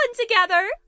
together